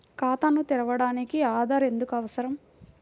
ఖాతాను తెరవడానికి ఆధార్ ఎందుకు అవసరం?